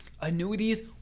annuities